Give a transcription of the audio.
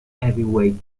heavyweight